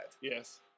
Yes